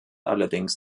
allerdings